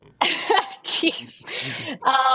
jeez